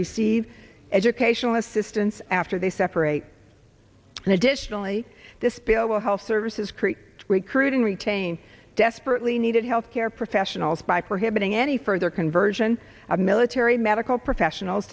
receive educational assistance after they separate and additionally this bill will help services create recruit and retain desperately needed health care professionals by prohibiting any further conversion of military medical professionals